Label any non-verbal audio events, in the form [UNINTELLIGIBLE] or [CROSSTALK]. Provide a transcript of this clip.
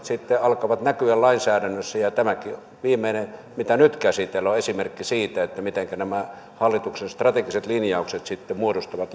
[UNINTELLIGIBLE] sitten alkavat näkyä lainsäädännössä tämäkin viimeinen mitä nyt käsitellään on esimerkki siitä mitenkä nämä hallituksen strategiset linjaukset muodostuvat [UNINTELLIGIBLE]